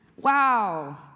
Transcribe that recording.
Wow